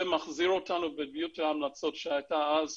זה מחזיר אותנו להמלצות שהיו אז,